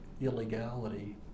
illegality